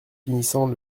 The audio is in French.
finissant